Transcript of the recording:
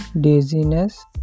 Dizziness